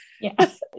Yes